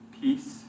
peace